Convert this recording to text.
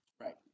Right